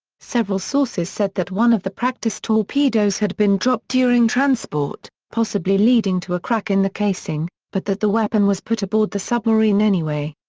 several sources said that one of the practice torpedoes had been dropped during transport, possibly leading to a crack in the casing, but that the weapon was put aboard the submarine anyway.